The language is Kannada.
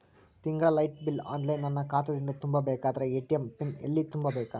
ತಿಂಗಳ ಲೈಟ ಬಿಲ್ ಆನ್ಲೈನ್ ನನ್ನ ಖಾತಾ ದಿಂದ ತುಂಬಾ ಬೇಕಾದರ ಎ.ಟಿ.ಎಂ ಪಿನ್ ಎಲ್ಲಿ ತುಂಬೇಕ?